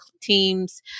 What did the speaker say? teams